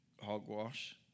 hogwash